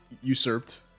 usurped